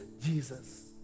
Jesus